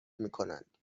میکنند